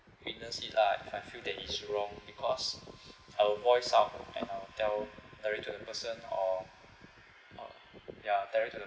witness it lah if I feel that it's wrong because i will voice out and I will tell directly to the person or uh ya directly to the